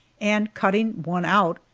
and cutting one out,